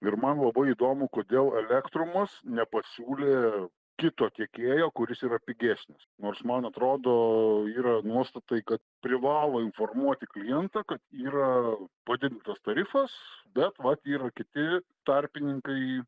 ir man labai įdomu kodėl elektrumas nepasiūlė kito tiekėjo kuris yra pigesnis nors man atrodo yra nuostatai kad privalo informuoti klientą kad yra padidintas tarifas bet vat yra kiti tarpininkai